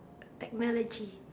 technology